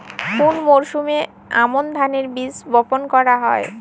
কোন মরশুমে আমন ধানের বীজ বপন করা হয়?